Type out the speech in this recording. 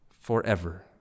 Forever